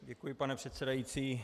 Děkuji, pane předsedající.